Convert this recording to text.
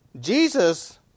Jesus